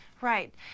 Right